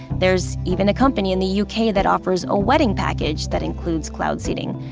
there's even a company in the u k. that offers a wedding package that includes cloud seeding,